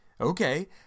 Okay